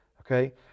Okay